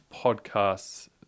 podcasts